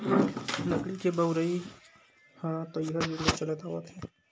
लकड़ी के बउरइ ह तइहा जुग ले चलत आवत हे